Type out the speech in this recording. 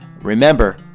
Remember